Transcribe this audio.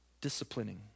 disciplining